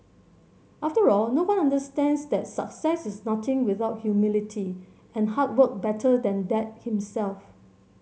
after all no one understands that success is nothing without humility and hard work better than Dad himself